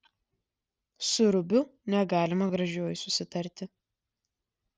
su rubiu negalima gražiuoju susitarti